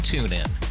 TuneIn